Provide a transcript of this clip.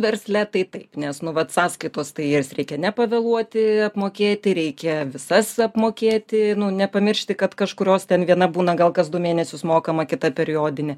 versle tai taip nes nuolat sąskaitos tai jas reikia nepavėluoti apmokėti reikia visas apmokėti nepamiršti kad kažkurios ten viena būna gal kas du mėnesius mokama kita periodinė